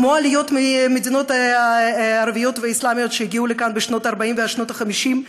כמו העליות מהמדינות הערביות והאסלאמיות שהגיעו לכאן בשנות ה-40 וה-50,